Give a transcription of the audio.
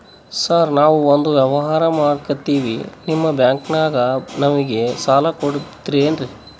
Sir ನಾವು ಒಂದು ವ್ಯವಹಾರ ಮಾಡಕ್ತಿವಿ ನಿಮ್ಮ ಬ್ಯಾಂಕನಾಗ ನಮಿಗೆ ಸಾಲ ಕೊಡ್ತಿರೇನ್ರಿ?